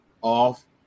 off